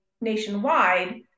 nationwide